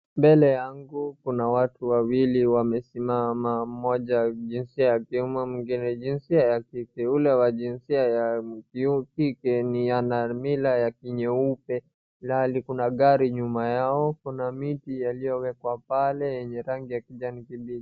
Mbele yangu kuna watu wawili wamesimama mmoja jinsia ya kiume mwingine jinsia ya kike. Ule wa jinsia ya kike ni ana mila ya kinyeupe. Ilhali kuna gai nyuma yao, kuna miti yaliowekwa pale yenye rangi ya kijani kibichi.